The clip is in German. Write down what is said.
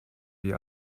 wie